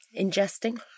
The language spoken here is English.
ingesting